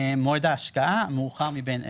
"מועד ההשקעה" המאוחר מבין אלה: